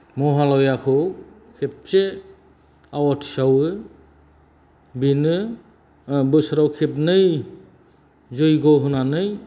महालयाखौ खेबसे आवाथि सावो बेनो बोसोराव खेबनै जग्य' होनानै